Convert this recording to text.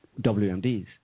WMDs